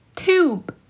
tube